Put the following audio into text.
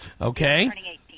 Okay